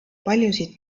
paljusid